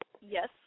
Yes